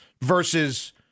versus